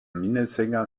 minnesänger